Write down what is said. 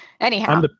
Anyhow